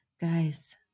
Guys